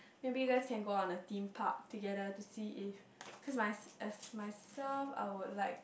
maybe you guys can go on a Theme Park together to see if cause my as myself I would like